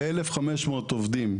ל-1,500 עובדים,